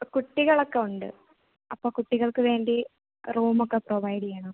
കുട്ടികളൊക്കെ ഉണ്ട് അപ്പോൾ കുട്ടികൾക്ക് വേണ്ടി റൂമൊക്കെ പ്രൊവൈഡ് ചെയ്യണം